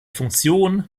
funktion